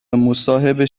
مصاحبه